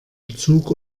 zug